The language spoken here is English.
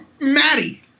Maddie